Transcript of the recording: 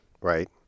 Right